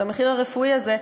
את המחיר הרפואי הזה,